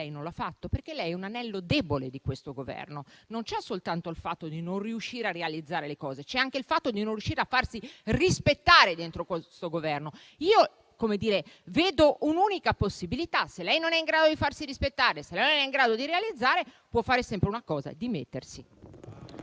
non l'ha fatto? Perché lei è un anello debole di questo Governo. Non c'è soltanto il fatto di non riuscire a realizzare le cose, c'è anche il fatto di non riuscire a farsi rispettare dentro questo Governo. Io vedo un'unica possibilità; se lei non è in grado di farsi rispettare, se non è in grado di realizzare, può fare sempre una cosa: dimettersi.